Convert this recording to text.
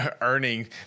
earning